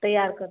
तैयार करते